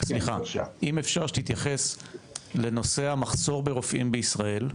אם אפשר שתייחס לנושא המחסור ברופאים בישראל,